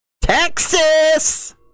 Texas